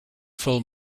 fill